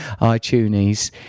iTunes